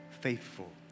faithful